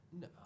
No